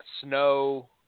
snow